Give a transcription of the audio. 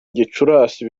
gicurasi